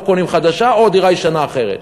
או קונים חדשה או קונים דירה ישנה אחרת.